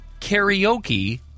karaoke